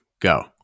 go